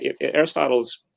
Aristotle's